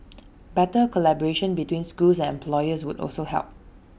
better collaboration between schools and employers would also help